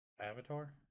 Avatar